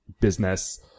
business